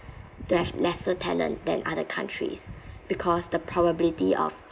to have lesser talent than other countries because the probability of